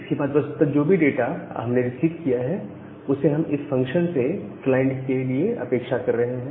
इसके बाद वस्तुतः जो भी डाटा हमने रिसीव किया है उसे हम इस फंक्शन से क्लाइंट के लिए अपेक्षा कर रहे हैं